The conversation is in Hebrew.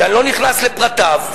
שאני לא נכנס לפרטיו,